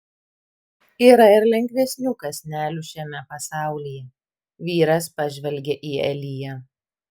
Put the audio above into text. yra ir lengvesnių kąsnelių šiame pasaulyje vyras pažvelgia į eliją